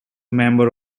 member